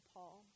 Paul